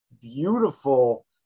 beautiful